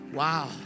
wow